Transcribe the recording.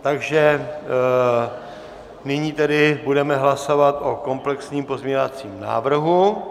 Takže nyní tedy budeme hlasovat o komplexním pozměňovacím návrhu.